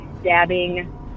stabbing